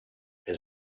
his